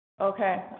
Okay